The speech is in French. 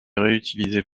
réutilisées